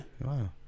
Wow